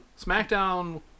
SmackDown